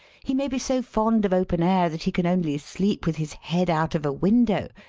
he may be so fond of open air that he can only sleep with his head out of a window,